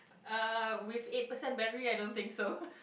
uh with eight percent battery I don't think so